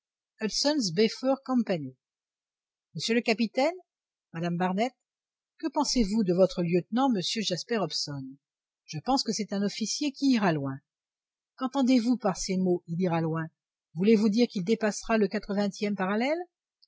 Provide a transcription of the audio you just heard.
company monsieur le capitaine madame barnett que pensez-vous de votre lieutenant monsieur jasper hobson je pense que c'est un officier qui ira loin qu'entendez-vous par ces mots il ira loin voulez-vous dire qu'il dépassera le quatre vingtième parallèle